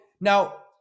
now